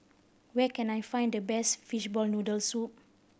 where can I find the best fishball noodle soup